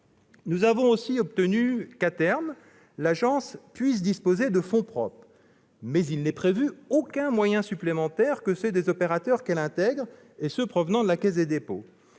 Nous avons aussi obtenu que, à terme, l'agence puisse disposer de fonds propres. Mais il n'est pas prévu de moyens supplémentaires autres que ceux des opérateurs qu'elle intègre et ceux qui proviennent de la Caisse des dépôts